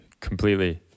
Completely